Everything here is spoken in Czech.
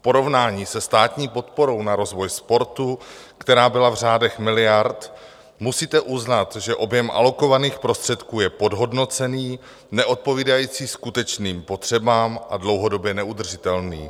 V porovnání se státní podporou na rozvoj sportu, která byla v řádech miliard, musíte uznat, že objem alokovaných prostředků je podhodnocený, neodpovídající skutečným potřebám a dlouhodobě neudržitelný.